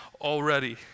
already